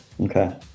Okay